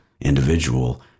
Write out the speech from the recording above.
individual